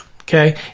okay